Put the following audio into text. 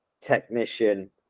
technician